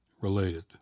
related